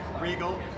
Regal